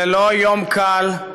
זה לא יום קל,